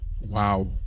Wow